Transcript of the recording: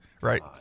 Right